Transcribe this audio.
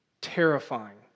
terrifying